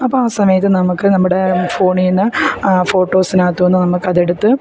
അപ്പം ആ സമയത്ത് നമുക്ക് നമ്മുടെ ഫോണിൽ നിന്ന് ഫോട്ടോസിനകത്തുനിന്ന് നമുക്ക് അതെടുത്ത്